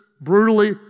brutally